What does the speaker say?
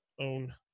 own